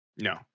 no